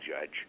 judge